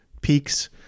peaks